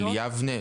של יבנה?